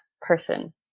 person